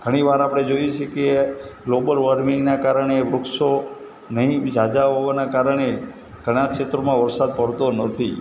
ઘણી વાર આપણે જોઈએ છીએ કે ગ્લોબલ વોર્મિંગના કારણે વૃક્ષો નહીં ઝાઝા હોવાના કારણે ઘણા ક્ષેત્રોમાં વરસાદ પડતો નથી